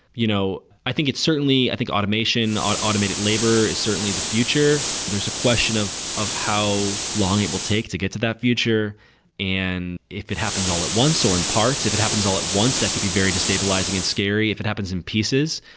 you know i think it's certainly, i think automation, automated labor is certainly the future. there's a question of of how long it will take to get to that future and if it happens all at once or in parts. if it happens all at once, that could be very destabilizing and scary. if it happens in pieces,